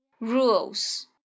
Rules